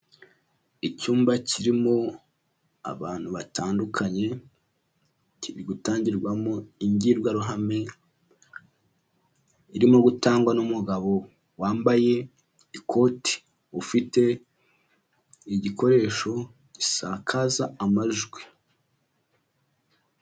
Icyumba kirimo abantu batandukanye, kiri gutangirwamo imbwirwaruhame irimo gutangwa n'umugabo wambaye ikoti, ufite igikoresho gisakaza amajwi.